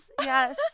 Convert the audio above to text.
yes